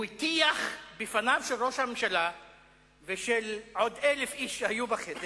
הוא הטיח בפניו של ראש הממשלה ושל עוד 1,000 איש שהיו בחדר,